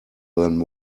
than